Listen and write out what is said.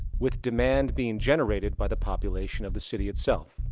with demand being generated by the population of the city itself.